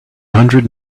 hundred